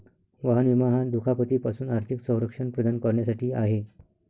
वाहन विमा हा दुखापती पासून आर्थिक संरक्षण प्रदान करण्यासाठी आहे